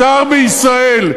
לשר בישראל,